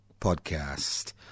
podcast